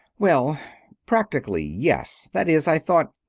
well practically yes that is i thought,